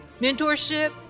mentorship